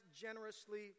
generously